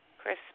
Chris